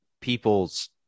people's